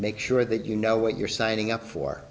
make sure that you know what you're signing up for